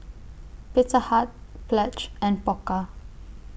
Pizza Hut Pledge and Pokka